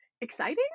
exciting